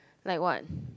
like what